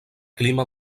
clima